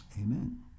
Amen